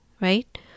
right